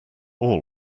all